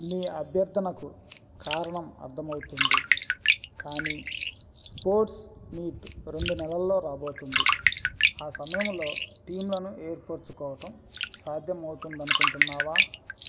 మీ అభ్యర్ధనకు కారణం అర్థమవుతుంది కానీ స్పోర్ట్స్ మీట్ రెండు నెలల్లో రాబోతోంది ఆ సమయంలో టీమ్లను ఏర్పరుచుకోవడం సాధ్యం అవుతుంది అనుకుంటున్నావా